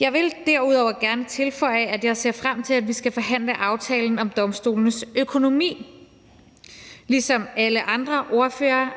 Jeg vil derudover gerne tilføje, at jeg ser frem til, at vi skal forhandle aftalen om domstolenes økonomi. Ligesom alle andre ordførere,